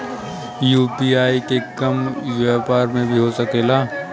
UPI के काम व्यापार में भी हो सके ला?